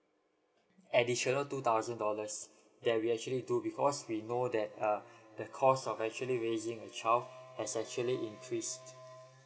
additional two thousand dollars that we're actually do because we know that uh the cost of actually raising a child has actually increase